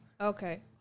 Okay